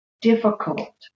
difficult